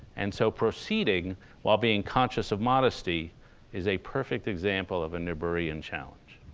and so proceeding while being conscious of modesty is a perfect example of a niebuhrian challenge